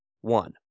one